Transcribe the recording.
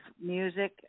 music